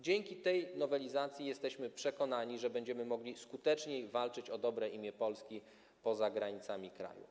Dzięki tej nowelizacji jesteśmy przekonani, że będziemy mogli skuteczniej walczyć o dobre imię Polski poza granicami kraju.